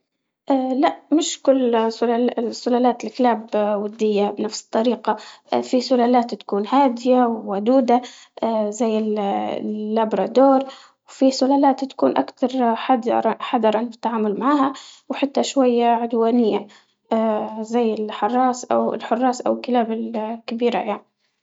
اه لأ مش كل السلالات الكلاب اه ودية نفس الطريقة، اه في سلالات تكون هادية ودودة، اه زي وفي شلالات تكون اكتر حضرا في التعامل معها وحتى شوية عدوانية، اه زي الحراش او الحراش او الكلاب الكبيرة يعني